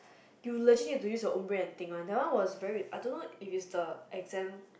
you legit need your own brain and think one that one was very I don't know if it's the exam